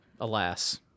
alas